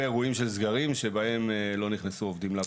אירועים של סגרים שבהם לא נכנסו עובדים לעבודה.